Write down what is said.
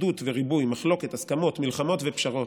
אחדות וריבוי, מחלוקת, הסכמות מלחמות ופשרות.